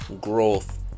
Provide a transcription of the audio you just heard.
growth